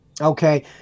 Okay